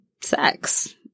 sex